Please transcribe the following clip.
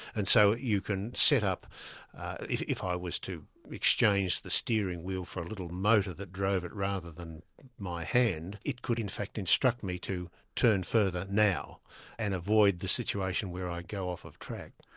and so you can set up if if i was to exchange the steering wheel for little motor that drove it rather than my hand, it could in fact instruct me to turn further now and avoid the situation where i go off the track.